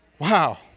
Wow